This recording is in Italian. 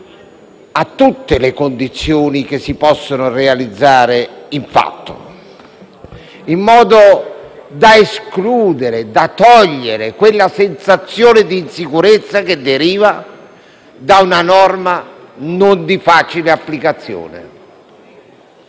a tutte le condizioni che si possono realizzare nei fatti, in modo da escludere quella sensazione di insicurezza che deriva da una norma di non facile applicazione.